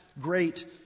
great